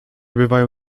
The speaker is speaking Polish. bywają